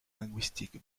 linguistique